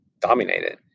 dominated